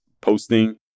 posting